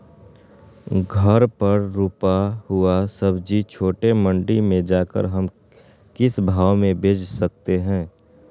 घर पर रूपा हुआ सब्जी छोटे मंडी में जाकर हम किस भाव में भेज सकते हैं?